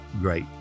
great